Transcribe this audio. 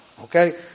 Okay